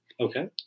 Okay